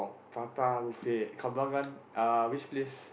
prata buffet Kembangan uh which place